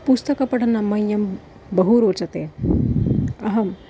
पुस्तकपठनं मह्यं बहु रोचते अहं